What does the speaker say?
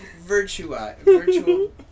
Virtual